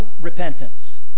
repentance